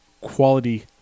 quality